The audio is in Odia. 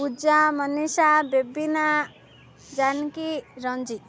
ପୂଜା ମନିଷା ବେବିନା ଜାନକି ରଞ୍ଜିତ